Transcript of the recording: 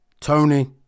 Tony